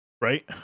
Right